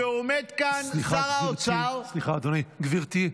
סליחה, גברתי,